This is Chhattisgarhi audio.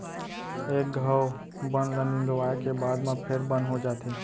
एक घौं बन ल निंदवाए के बाद म फेर बन हो जाथे